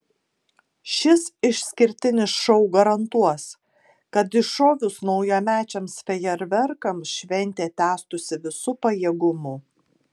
šis išskirtinis šou garantuos kad iššovus naujamečiams fejerverkams šventė tęstųsi visu pajėgumu